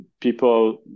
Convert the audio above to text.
People